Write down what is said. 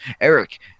Eric